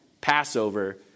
Passover